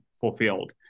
fulfilled